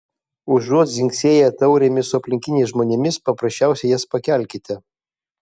užuot dzingsėję taurėmis su aplinkiniais žmonėmis paprasčiausiai jas pakelkite